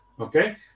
Okay